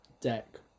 deck